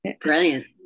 brilliant